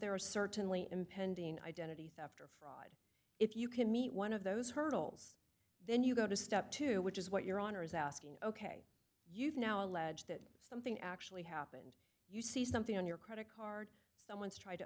there a certainly impending identity theft or if you can meet one of those hurdles then you go to step two which is what your honor is asking ok you've now allege that something actually happened you see something on your credit card someone's try